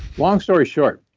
long story short,